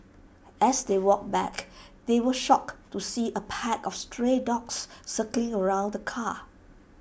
as they walked back they were shocked to see A pack of stray dogs circling around the car